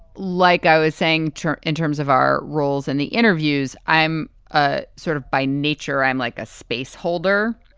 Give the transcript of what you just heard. like i was saying, turn in terms of our roles and the interviews. i'm ah sort of by nature, i'm like a space holder.